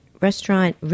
restaurant